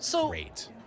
great